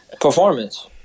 Performance